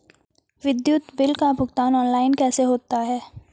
विद्युत बिल का भुगतान ऑनलाइन कैसे होता है?